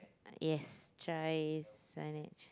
yes try signage